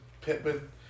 Pittman